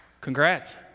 congrats